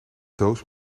doos